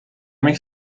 miks